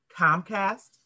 Comcast